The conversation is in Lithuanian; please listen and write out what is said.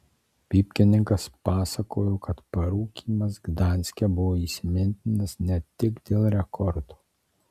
pypkininkas pasakojo kad parūkymas gdanske buvo įsimintinas ne tik dėl rekordo